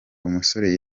umusore